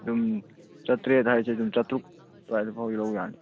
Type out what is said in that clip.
ꯑꯗꯨꯝ ꯆꯇ꯭ꯔꯦꯠ ꯍꯥꯏꯁꯦ ꯑꯗꯨꯝ ꯆꯥꯇ꯭ꯔꯨꯛ ꯑꯗꯨꯋꯥꯏꯗꯨ ꯐꯥꯎꯗꯤ ꯂꯧꯕ ꯌꯥꯅꯤ